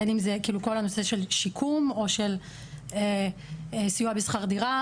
בין אם זה כל הנושא של שיקום או של סיוע בשכר דירה,